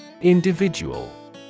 Individual